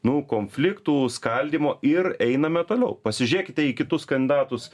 nu konfliktų skaldymo ir einame toliau pasižėkite į kitus kandidatus